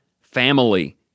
family